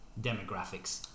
demographics